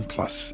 Plus